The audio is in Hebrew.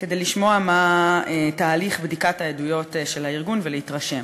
כדי לשמוע מה תהליך בדיקת העדויות של הארגון ולהתרשם.